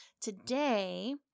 today